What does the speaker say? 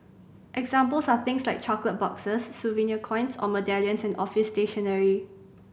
examples are things like chocolate boxes souvenir coins or medallions and office stationery